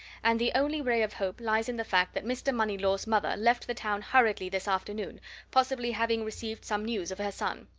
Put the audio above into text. and the only ray of hope lies in the fact that mr. moneylaws' mother left the town hurriedly this afternoon possibly having received some news of her son.